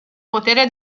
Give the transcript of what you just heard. potere